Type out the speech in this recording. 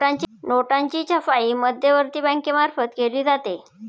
नोटांची छपाई मध्यवर्ती बँकेमार्फत केली जाते